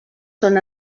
són